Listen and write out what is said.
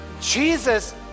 Jesus